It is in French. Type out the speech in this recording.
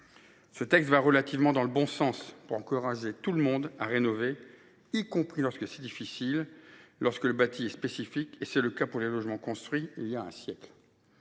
de loi va dans le bon sens, car il s’agit d’encourager tout le monde à rénover, y compris lorsque c’est difficile, lorsque le bâti est spécifique. Or c’est le cas pour les logements construits il y a un siècle.